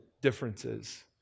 differences